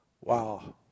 wow